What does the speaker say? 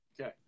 Okay